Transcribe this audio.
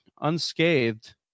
unscathed